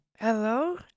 Hello